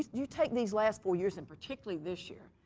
you take these last four years in particularly this year,